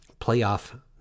playoff